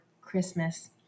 Christmas